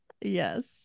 Yes